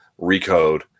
Recode